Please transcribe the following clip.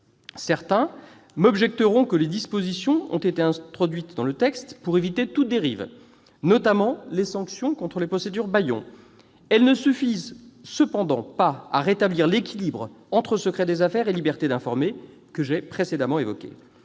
Certains m'objecteront que des dispositions ont été introduites dans le texte pour éviter toute dérive, notamment des sanctions contre les « procédures bâillons ». Elles ne suffisent cependant pas à rétablir l'équilibre entre secret des affaires et liberté d'informer. Ceux qui ne sont pas